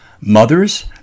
Mothers